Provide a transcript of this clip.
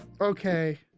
Okay